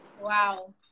Wow